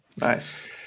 Nice